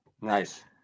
Nice